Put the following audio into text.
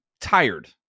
tired